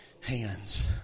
hands